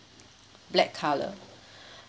black colour